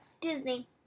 Disney